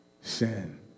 sin